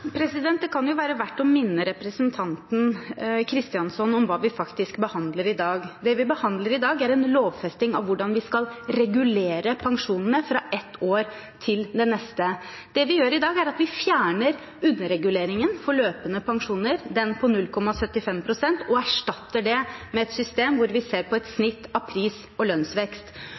Det kan jo være verdt å minne representanten Kristjánsson om hva vi faktisk behandler i dag. Det vi behandler, er en lovfesting av hvordan vi skal regulere pensjonene fra ett år til det neste. Det vi gjør i dag, er at fjerner underreguleringen på løpende pensjoner, den på 0,75 pst., og erstatter den med et system hvor vi ser på et snitt av pris- og lønnsvekst.